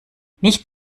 nicht